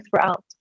throughout